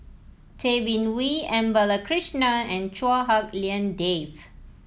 Tay Bin Wee M Balakrishnan and Chua Hak Lien Dave